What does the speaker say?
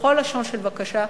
בכל לשון של בקשה: